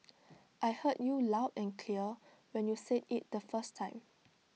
I heard you loud and clear when you said IT the first time